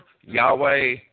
Yahweh